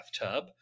bathtub